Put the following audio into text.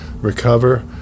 recover